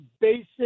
basic